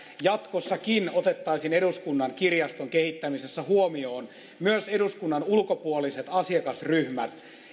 jatkossakin otettaisiin eduskunnan kirjaston kehittämisessä huomioon myös eduskunnan ulkopuoliset asiakasryhmät